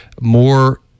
more